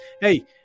Hey